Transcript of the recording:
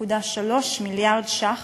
1.3 מיליארד ש"ח